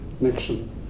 Nixon